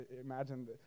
imagine